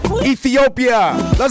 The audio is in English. Ethiopia